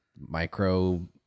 micro